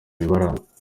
bibaranga